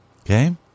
Okay